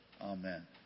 Amen